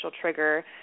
trigger